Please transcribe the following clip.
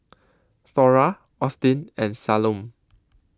Thora Austin and Salome